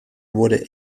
wurde